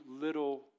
little